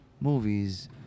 movies